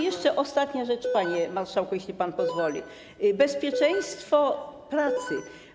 Jeszcze ostatnia rzecz, panie marszałku, jeśli pan pozwoli - bezpieczeństwo pracy.